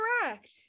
Correct